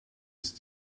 ist